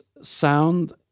sound